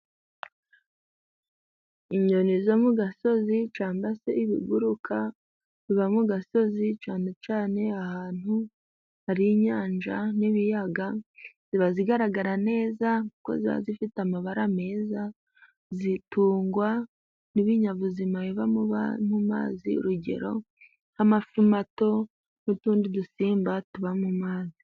Inyoni zo mu gasozi cyangwa se ibiguruka biba mu gasozi cyane cyane ahantu hari inyanja n'ibiyaga ziba zigaragara neza ,kuko ziba zifite amabara meza. zitungwa n'ibinyabuzima biba muba mu mazi urugero nk'amafi mato, n'utundi dusimba tuba mu mazi.